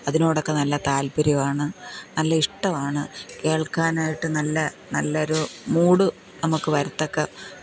അതിനോടൊക്കെ നല്ല താൽപ്പര്യമാണ് നല്ല ഇഷ്ടമാണ് കേൾക്കാനായിട്ട് നല്ല നല്ലൊരു മൂഡ് നമുക്ക് വരത്തക്ക